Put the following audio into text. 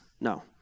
no